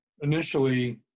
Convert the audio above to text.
initially